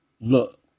Look